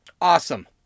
Awesome